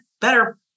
better